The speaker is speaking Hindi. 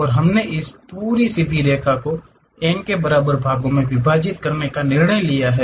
और हमने इस पूरी सीधी रेखा को n को बराबर भागों में विभाजित करने का निर्णय लिया है